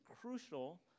crucial